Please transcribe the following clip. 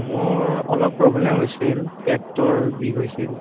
মোৰ অলপ প্ৰব্লেম হৈছিল পেটটোৰ বিষ হৈছিল